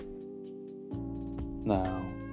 Now